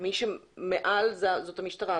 מי שמעל זאת המשטרה.